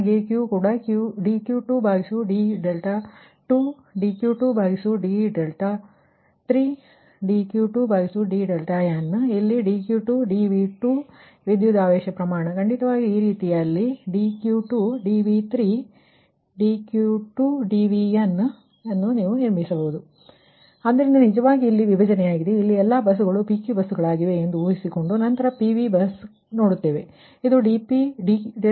ಹಾಗೆಯೇ Q ಕೂಡ dQ2 ಭಾಗಿಸು d2 dQ2 d3 dQ2 dn ಮತ್ತು ಇಲ್ಲಿ dQ2 dV2 ವಿದ್ಯುದಾವೇಶ ಪ್ರಮಾಣ ಖ0ಡಿತವಾಗಿ ಈ ರೀತಿಯಲ್ಲಿ dQ2 dV3 dQ2 dVn ಯನ್ನು ನೀವು ನಿರ್ಮಿಸಬಹುದು ಆದ್ದರಿಂದ ಇದು ನಿಜವಾಗಿ ಇಲ್ಲಿ ವಿಭಜನೆಯಾಗಿದೆ ಇಲ್ಲಿ ಎಲ್ಲಾ ಬಸ್ಸುಗಳು PQ ಬಸ್ಸುಗಳಾಗಿವೆ ಎಂದು ಊಹಿಸಿಕೊಂಡು ನಂತರ PV ಬಸ್ ನೋಡುತ್ತೇವೆ